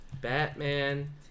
Batman